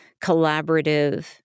collaborative